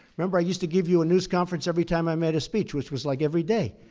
remember, i used to give you a news conference every time i made a speech, which was like every day.